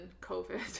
COVID